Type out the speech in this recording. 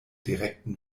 direkten